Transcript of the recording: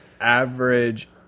average